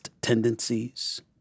tendencies